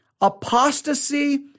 apostasy